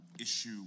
issue